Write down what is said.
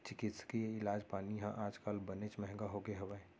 चिकित्सकीय इलाज पानी ह आज काल बनेच महँगा होगे हवय